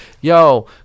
yo